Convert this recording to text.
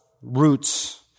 roots